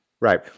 Right